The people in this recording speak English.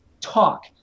talk